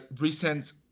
recent